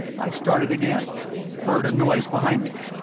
i started again heard a noise behind me.